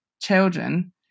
children